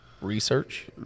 research